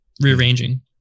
rearranging